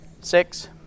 Six